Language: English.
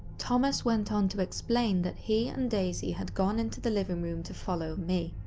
thomas went on to explain that he and daisy had gone into the living room to follow me.